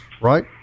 right